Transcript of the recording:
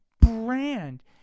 brand